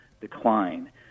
decline